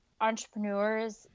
entrepreneurs